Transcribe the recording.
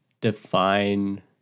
define